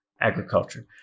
agriculture